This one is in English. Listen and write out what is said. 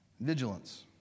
vigilance